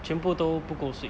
全部都不够睡